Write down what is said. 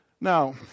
Now